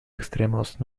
extremos